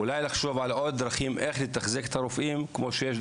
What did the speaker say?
אולי לחשוב על עוד דרכים לחזק את הרופאים כמו שיש,